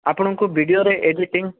ଆପଣଙ୍କ ଭିଡ଼ିଓରେ ଏଡ଼ିଟିଂ